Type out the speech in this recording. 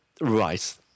Right